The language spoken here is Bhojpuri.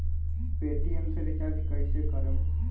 पेटियेम से रिचार्ज कईसे करम?